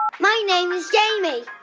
my name is jamie.